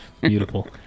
Beautiful